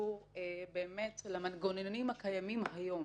שקשור למנגנונים הקיימים היום.